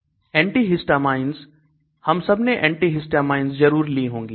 Antihistamines हम सब ने Antihistamine जरूर ली होगी